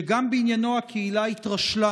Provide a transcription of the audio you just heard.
שגם בעניינו הקהילה התרשלה,